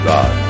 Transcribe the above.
God